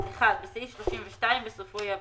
(1)בסעיף 32, בסופו יבוא: